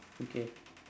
okay